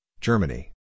Germany